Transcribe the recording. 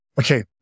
Okay